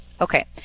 Okay